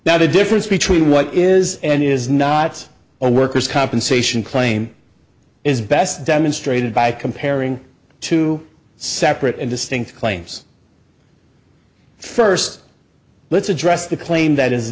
now the difference between what is and is not a worker's compensation claim is best demonstrated by comparing two separate and distinct claims first let's address the claim that is